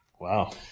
Wow